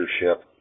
leadership